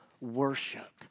worship